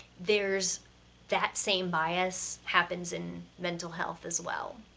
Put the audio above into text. there's that same bias happens in mental health as well.